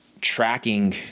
tracking